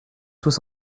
tous